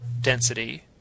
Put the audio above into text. density